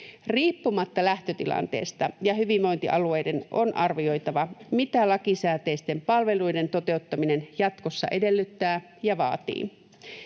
Riippumatta lähtötilanteesta hyvinvointialueiden on arvioitava, mitä lakisääteisten palveluiden toteuttaminen jatkossa edellyttää ja vaatii.